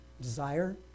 desire